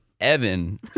Evan